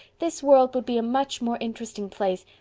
this world would be a much more interesting place.